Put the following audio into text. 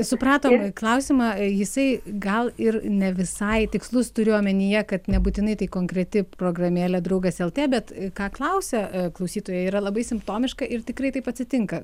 supratom klausimą jisai gal ir ne visai tikslus turiu omenyje kad nebūtinai tai konkreti programėlė draugas lt bet ką klausia klausytojai yra labai simptomiška ir tikrai taip atsitinka